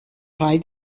rhaid